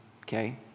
Okay